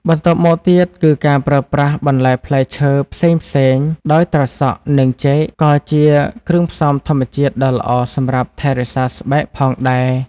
បន្ទាប់មកទៀតគឺ ការប្រើប្រាស់បន្លែផ្លែឈើផ្សេងៗ ដោយត្រសក់ និង ចេក ក៏ជាគ្រឿងផ្សំធម្មជាតិដ៏ល្អសម្រាប់ថែរក្សាស្បែកផងដែរ។